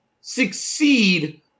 succeed